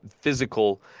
physical